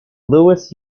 louis